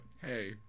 Hey